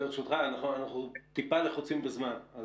ברשותך, אנחנו טיפה לחוצים בזמן.